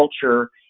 culture